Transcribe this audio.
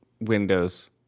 windows